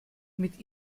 mit